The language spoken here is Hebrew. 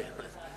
כן.